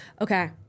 Okay